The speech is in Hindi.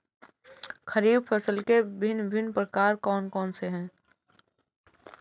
खरीब फसल के भिन भिन प्रकार कौन से हैं?